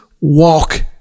walk